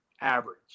average